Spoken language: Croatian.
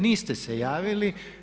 Niste se javili.